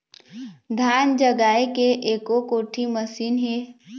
धान जगाए के एको कोठी मशीन हे?